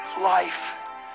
life